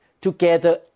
together